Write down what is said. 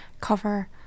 cover